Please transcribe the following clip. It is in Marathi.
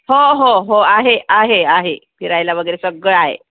हो हो हो आहे आहे आहे फिरायला वगेरे सगळं आहे